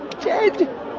dead